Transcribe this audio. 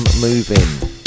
moving